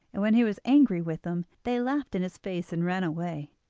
and when he was angry with them they laughed in his face and ran away.